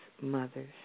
mothers